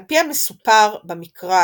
על פי המסופר במקרא,